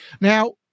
Now